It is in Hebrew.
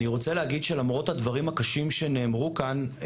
אני רוצה להגיד שלמרות הדברים הקשים שנאמרו כאן,